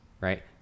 right